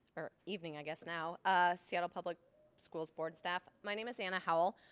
or evening i guess. now seattle public schools board staff. my name is anna howell.